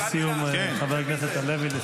--- לסיום, חבר הכנסת הלוי.